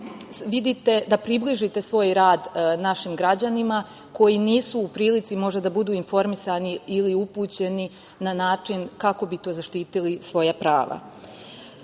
da približite svoj rad našim građanima koji nisu u prilici možda da budu informisani ili upućeni na način kako bi to zaštitili svoja prava. Naši